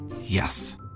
Yes